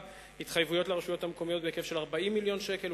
התחייבויות לרשויות המקומיות בהיקף של 40 מיליון שקל,